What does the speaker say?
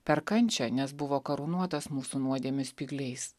per kančią nes buvo karūnuotas mūsų nuodėmių spygliais